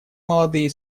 молодые